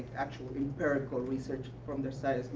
actual, empirical research from their side?